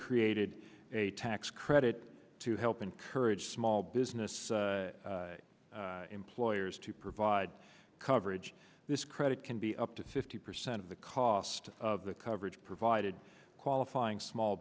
created a tax credit to help encourage small business employers to provide coverage this credit can be up to fifty percent of the cost of the coverage provided qualifying small